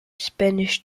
spanish